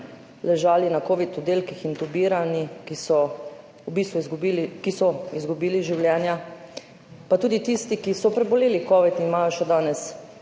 ležali na covid oddelkih, intubirani, ki so izgubili življenja, pa tudi tistim, ki so preboleli covid in imajo še danes